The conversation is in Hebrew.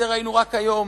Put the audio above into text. ואת זה ראינו רק היום.